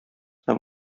һәм